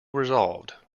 resolved